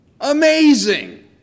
Amazing